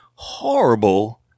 horrible